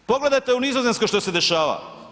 Pogledajte u Nizozemskoj što se dešava.